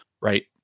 right